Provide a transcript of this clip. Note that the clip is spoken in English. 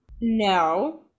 No